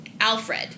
Alfred